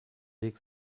weg